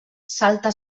salta